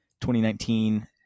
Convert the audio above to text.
2019